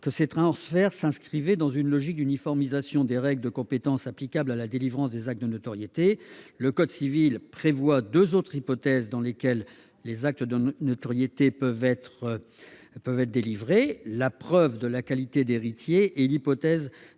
que ces transferts s'inscrivaient dans une logique d'uniformisation des règles de compétences applicables à la délivrance des actes de notoriété. Le code civil prévoit en effet deux autres hypothèses dans lesquelles des actes de notoriété peuvent être délivrés : la preuve de la qualité d'héritier et l'hypothèse